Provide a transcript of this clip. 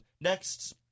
Next